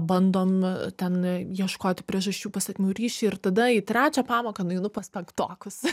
bandom ten ieškoti priežasčių pasekmių ryšį ir tada į trečią pamoką nueinu pas penktokus